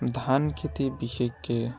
ধান খেতি বিশেষকৈ